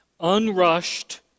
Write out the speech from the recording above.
Unrushed